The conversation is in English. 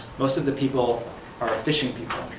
most of the people are fishing people,